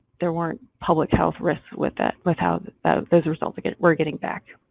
there weren't public health risks with it, without those results again, we're getting back.